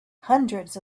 hundreds